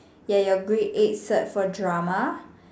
ya ya your grade eight cert for drama